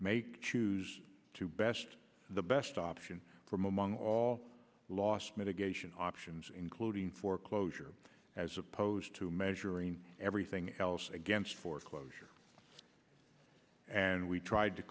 make choose to best the best option from among all loss mitigation options including foreclosure as opposed to measuring everything else against foreclosure and we tried to